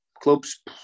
Clubs